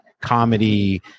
Comedy